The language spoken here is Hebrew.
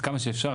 עד כמה שאפשר,